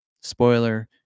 spoiler